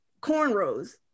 cornrows